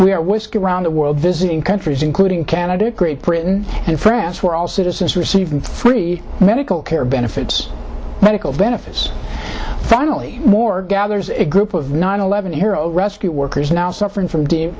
we're whiskey around the world visiting countries including canada great britain and france were all citizens receiving free medical care benefits medical benefits finally more gathers a group of nine eleven hero rescue workers now suffering from dee